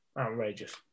Outrageous